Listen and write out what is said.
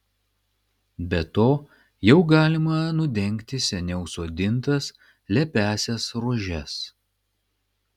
be to jau galima nudengti seniau sodintas lepiąsias rožes